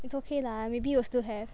it's okay lah maybe will still have